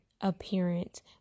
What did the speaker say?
appearance